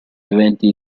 eventi